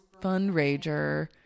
fundraiser